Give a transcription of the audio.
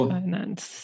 finance